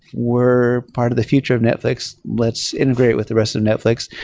we're part of the future of netflix. let's integrate with the rest of netflix.